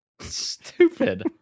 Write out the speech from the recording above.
Stupid